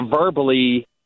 verbally